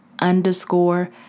Underscore